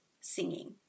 singing